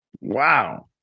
Wow